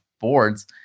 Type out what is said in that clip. boards